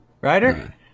Ryder